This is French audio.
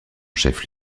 chef